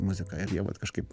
muzika ir jie vat kažkaip